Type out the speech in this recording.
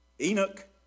enoch